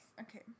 Okay